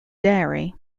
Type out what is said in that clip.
dairy